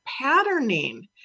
patterning